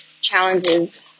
challenges